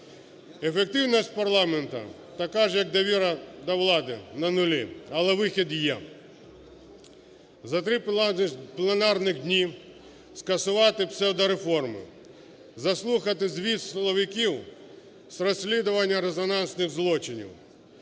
Ефективність парламенту така ж, як довіра до влади – на нулі. Але вихід є: за три пленарних дні скасуватипсевдореформи, заслухати звіт силовиків з розслідування резонансних злочинів,